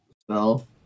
spell